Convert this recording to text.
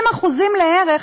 30% לערך,